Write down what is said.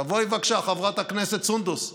תבואי בבקשה, חברת הכנסת סונדוס,